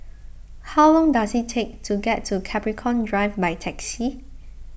how long does it take to get to Capricorn Drive by taxi